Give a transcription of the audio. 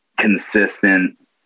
consistent